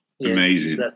amazing